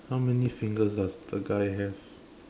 how many fingers does the guy have